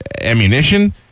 ammunition